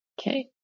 Okay